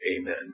Amen